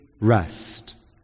rest